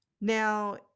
now